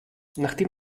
nachdem